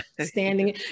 standing